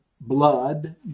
blood